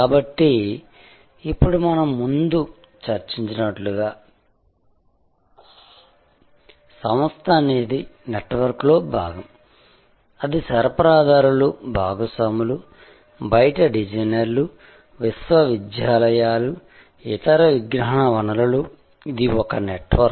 కాబట్టి ఇప్పుడు మనం ముందు చర్చించినట్లుగా సంస్థ అనేది నెట్వర్క్లో భాగం అది సరఫరాదారులు భాగస్వాములు బయటి డిజైనర్లు విశ్వవిద్యాలయాలు ఇతర విజ్ఞాన వనరులు ఇది ఒక నెట్వర్క్